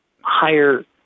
higher